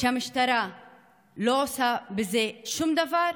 שהמשטרה לא עושה עם זה שום דבר?